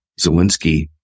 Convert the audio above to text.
Zelensky